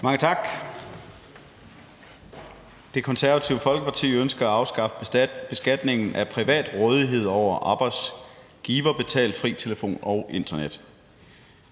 Mange tak. Det Konservative Folkeparti ønsker at afskaffe beskatningen på privat rådighed over arbejdsgiverbetalt fri telefon og internet.